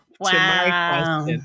wow